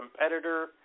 competitor